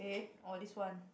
eh or this one